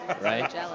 Right